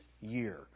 year